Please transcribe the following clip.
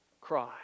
cry